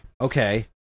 Okay